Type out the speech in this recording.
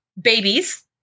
babies